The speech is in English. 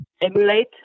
emulate